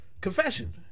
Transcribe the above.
Confession